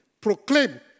proclaim